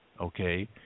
okay